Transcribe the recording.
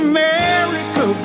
America